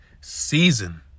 season